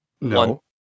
No